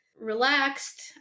relaxed